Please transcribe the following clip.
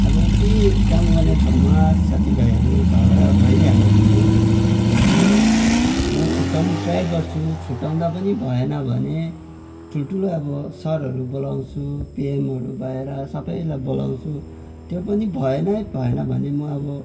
अब यति काम गर्ने ठाउँहरूमा साथी भाइहरू झगडा भइहाल्यो भने अब म छुट्ट्याउनु ट्राई गर्छु छुट्ट्याउँडा पनि भएन भने ठुल्ठुलो अब सरहरू बोलाउँछु पिएमहरू भएर सबैलाई बोलाउँछु त्यो पनि भएनै भएन भने म अब